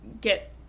get